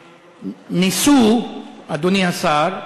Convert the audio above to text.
ניסו, אדוני השר,